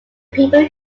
people